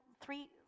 three